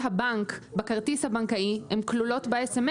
הבנק בכרטיס הבנקאי כלולות ב-SMS.